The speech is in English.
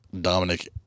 Dominic